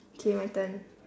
okay my turn